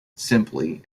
simply